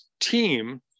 team